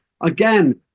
again